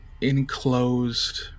enclosed